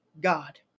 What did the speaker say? God